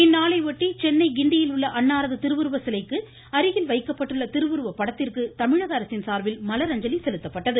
இந்நாளையொட்டி சென்னை கிண்டியில் உள்ள அன்னாரது திருவுருவ சிலைக்கு அருகில் வைக்கப்பட்டுள்ள திருவுருவ படத்திற்கு தமிழக அரசின் சார்பில் மலர் அஞ்சலி செலுத்தப்பட்டது